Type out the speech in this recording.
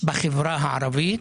בחברה הערבית?